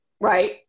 Right